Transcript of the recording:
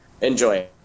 enjoy